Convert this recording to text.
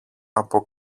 από